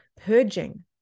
purging